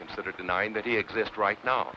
consider denying that he exists right now